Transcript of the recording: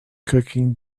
cooking